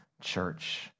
church